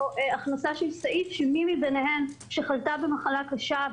הכנסה של סעיף שמי מביניהן שחלתה במחלה קשה,